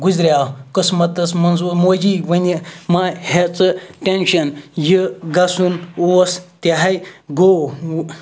گُزریٛوو قٕسمَتَس منٛز موجی وۄنۍ مہ ہےٚ ژٕ ٹٮ۪نشَن یہِ گژھُن اوس تہِ ہَا گوٚو وۄنۍ